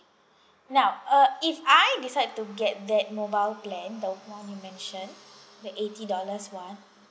now uh if I decide to get that mobile plan the [one] you mentioned the eighty dollars [one]